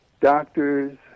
doctors